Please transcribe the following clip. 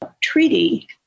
treaty